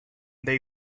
they